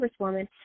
Congresswoman